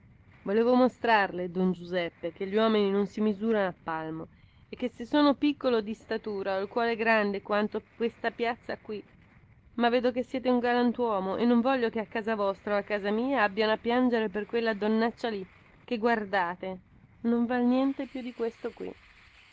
volevo mostrarle don giuseppe che gli uomini non si misurano a palmo e che se sono piccolo di statura ho il cuore grande quanto questa piazza qui ma vedo che siete un galantuomo e non voglio che a casa vostra o a casa mia abbiano a piangere per quella donnaccia lì che guardate non val niente più di questo qui